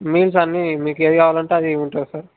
meals అన్నీ మీకు ఏది కావాలంటే అది ఉంటుంది సార్